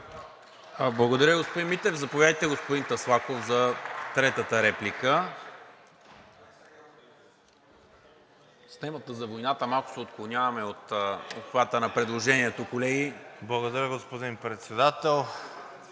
Благодаря, господин Митев. Заповядайте, господин Таслаков, за третата реплика. С темата за войната малко се отклоняваме от обхвата на предложението, колеги. СТОЯН ТАСЛАКОВ (ВЪЗРАЖДАНЕ): Благодаря, господин Председател.